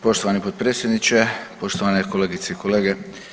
Poštovani potpredsjedniče, poštovane kolegice i kolege.